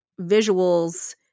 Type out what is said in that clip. visuals